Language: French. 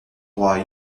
droit